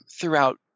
throughout